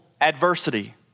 adversity